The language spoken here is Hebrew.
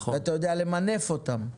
צריך למנף אותם.